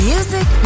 Music